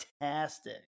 fantastic